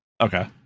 okay